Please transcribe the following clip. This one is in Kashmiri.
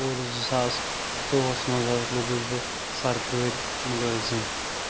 اور زٕساس زٕتوٚوُہَس منٛز ہسا لوٚگُس بہٕ سرکٲرۍ مٕلٲزِم